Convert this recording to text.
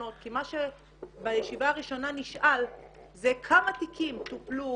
נכונות כי מה שבישיבה הראשונה נשאל זה כמה תיקים טופלו